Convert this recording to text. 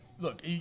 Look